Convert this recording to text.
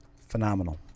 Phenomenal